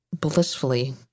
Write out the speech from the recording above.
blissfully